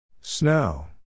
Snow